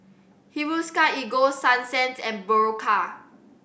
Hiruscar Ego Sunsense and Berocca